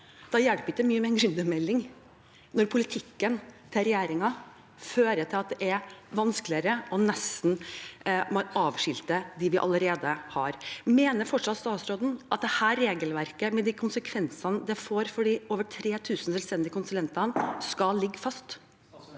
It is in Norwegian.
Da hjelper det ikke mye med en gründermelding, når politikken til regjeringen fører til at det er vanskeligere og man nesten avskilter dem vi allerede har. Mener fortsatt statsråden at dette regelverket, med de konsekvensene det får for de over 3 000 selvstendige konsulentene, skal ligge fast?